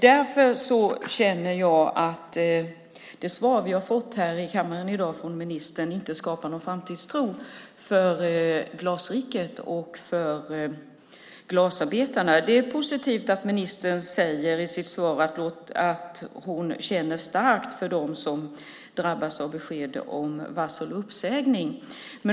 Därför känner jag att det svar vi har fått från ministern i kammaren i dag inte skapar någon framtidstro för Glasriket och glasarbetarna. Det är positivt att ministern i sitt svar säger att hon känner starkt för dem som drabbas av besked om varsel och uppsägning.